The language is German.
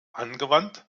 angewandt